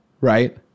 right